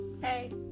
Hey